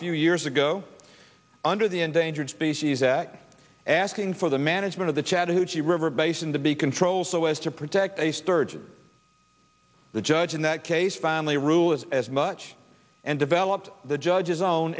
few years ago under the endangered species that asked thing for the management of the chattahoochee river basin to be controlled so as to protect a sturgeon the judge in that case family rule has as much and developed the judge's own